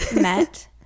met